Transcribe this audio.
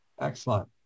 Excellent